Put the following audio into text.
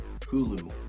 Hulu